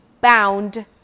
bound